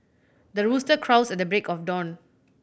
the rooster crows at the break of dawn